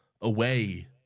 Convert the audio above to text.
away